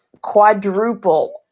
quadruple